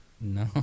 No